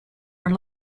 are